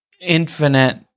infinite